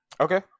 Okay